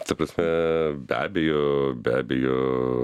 ta prasme be abejo be abejo